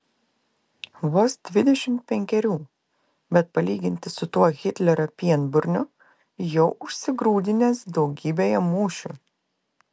vos dvidešimt penkerių bet palyginti su tuo hitlerio pienburniu jau užsigrūdinęs daugybėje mūšių